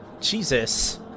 Jesus